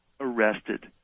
arrested